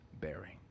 bearing